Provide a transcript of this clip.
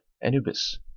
Anubis